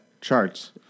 charts